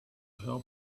her